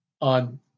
on